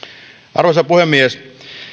arvoisa puhemies